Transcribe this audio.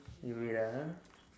need wait ah